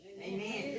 Amen